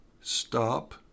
Stop